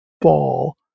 ball